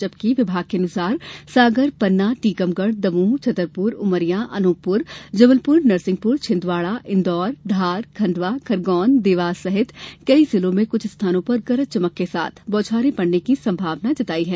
जबकि विभाग के अनुसार सागर पन्ना टीकमगढ़ दमोह छतरपुर उमरिया अनूपपुर जबलपुर नरसिंहपुर छिन्दवाड़ा इन्दौर धार खंडवा खरगोन देवास सहित कई जिलों में कुछ स्थानों पर गरज चमक के साथ बौछारे पड़ने की संभावना जताई गई है